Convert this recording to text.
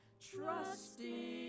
trusting